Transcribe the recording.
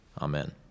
Amen